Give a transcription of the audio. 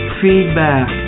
feedback